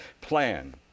plan